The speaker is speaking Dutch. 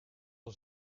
van